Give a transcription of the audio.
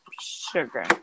Sugar